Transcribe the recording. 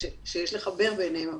שיש לחבר ביניהם.